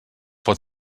pot